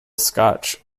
scotch